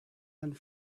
and